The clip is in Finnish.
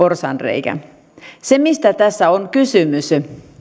porsaanreikä mistä tässä on kysymys